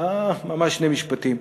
ממש שני משפטים?